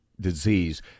disease